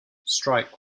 strike